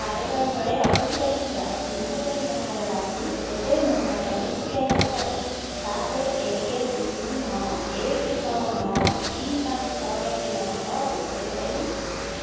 କାରବାର ବେଳେ ଅଟକି ଯାଇଥିବା ତିନିହଜାର ଟଙ୍କାର ରାଶି କେବେ ମୁଁ ମୋର ଏସ୍ ବି ଆଇ ଖାତାର ସାତ ଏକେ ତିନି ନଅ ଏକ ଛଅ ନଅ ତିନି ପାଞ୍ଚ ଛଅ ଏକ ନଅ ଛଅକୁ ଫେରି ପାଇବି